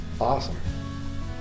awesome